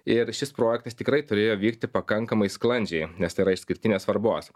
ir šis projektas tikrai turėjo vykti pakankamai sklandžiai nes tai yra išskirtinės svarbos